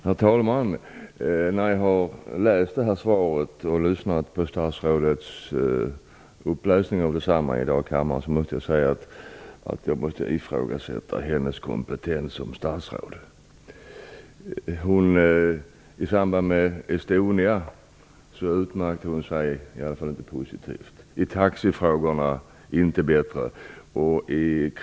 Herr talman! Efter att ha läst svaret och lyssnat på statsrådets uppläsning av detsamma i kammaren i dag måste jag säga att jag ifrågasätter hennes kompetens som statsråd. I samband med Estonia utmärkte hon sig i alla fall inte positivt. I taxifrågorna var det inte bättre.